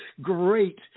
great